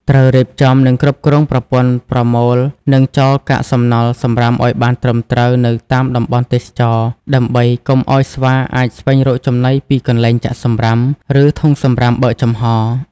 ត្រូវរៀបចំ និងគ្រប់គ្រងប្រព័ន្ធប្រមូល និងចោលកាកសំណល់ សំរាមឱ្យបានត្រឹមត្រូវនៅតាមតំបន់ទេសចរណ៍ ដើម្បីកុំឱ្យស្វាអាចស្វែងរកចំណីពីកន្លែងចាក់សំរាម ឬធុងសំរាមបើកចំហ។